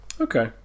Okay